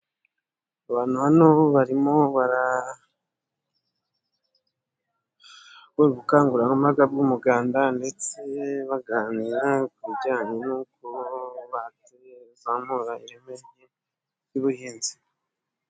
Abantu hano barimo barakora ubukangurambaga bw'umuganda ndetse yewe baganira ku bijyanye n'uko bazamura ireme ry'ubuhinzi.